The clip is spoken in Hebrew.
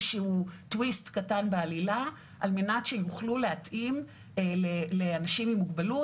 שהוא טוויסט קטן על מנת שיוכלו להתאים לאנשים עם מוגבלות.